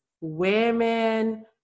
women